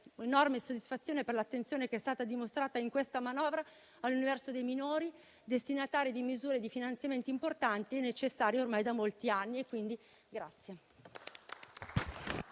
enorme soddisfazione per l'attenzione che è stata dimostrata in questa manovra all'universo dei minori, destinatari di misure e di finanziamenti importanti, necessari ormai da molti anni; quindi,